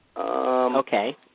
Okay